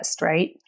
right